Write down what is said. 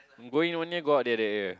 go in only go out that area